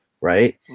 Right